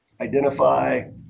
identify